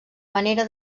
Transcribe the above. manera